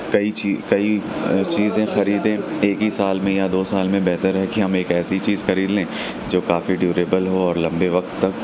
کئی کئی چیزیں خریدیں ایک ہی سال میں یا دو سال میں بہتر ہے کہ ہم ایک ایسی چیز خرید لیں جو کافی ڈیوریبل ہو اور لمبے وقت تک